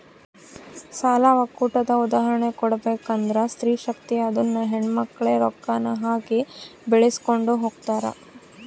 ಸಾಲ ಒಕ್ಕೂಟದ ಉದಾಹರ್ಣೆ ಕೊಡ್ಬಕಂದ್ರ ಸ್ತ್ರೀ ಶಕ್ತಿ ಅದುನ್ನ ಹೆಣ್ಮಕ್ಳೇ ರೊಕ್ಕಾನ ಹಾಕಿ ಬೆಳಿಸ್ಕೊಂಡು ಹೊಗ್ತಾರ